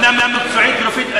מבחינה מקצועית-רפואית,